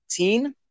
18